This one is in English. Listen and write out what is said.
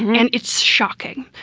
and it's shocking.